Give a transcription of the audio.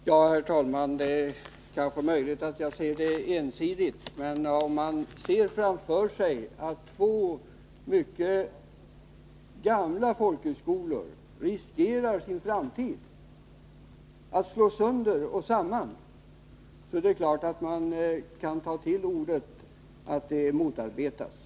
Herr talman! Det är möjligt att jag ser saken ensidigt. Men om man framför sig ser att två mycket gamla folkhögskolor riskerar att slås sönder och samman, är det klart att man kan ta till ordet ”motarbetas”.